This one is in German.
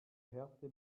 härte